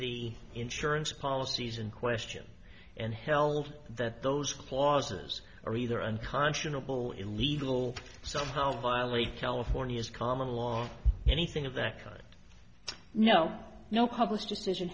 the insurance policies in question and held that those clauses are either unconscionable illegal somehow violate california's common law or anything of that kind no no published decision